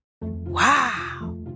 Wow